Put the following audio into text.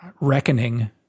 reckoning